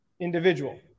individual